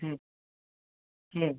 হুম হুম